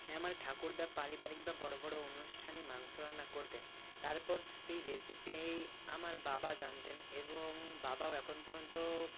হ্যাঁ আমার ঠাকুরদা পারিবারিক বা বড় বড় অনুষ্ঠানে মাংস রান্না করতেন তারপর সেই রেসিপি আমার বাবা জানতেন এবং বাবাও এখন পর্যন্ত